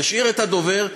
ישאיר את הדובר,